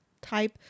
type